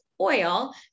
oil